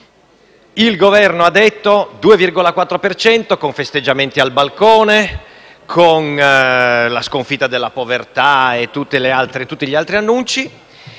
2,4 per cento, con festeggiamenti al balcone, con la sconfitta della povertà e tutti gli altri annunci,